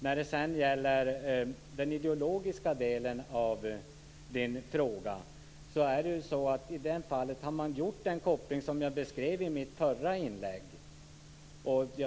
När det gäller den ideologiska delen av Ulla Hoffmanns fråga vill jag svara att man i det här fallet har gjort den koppling som jag beskrev i mitt förra inlägg.